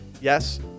Yes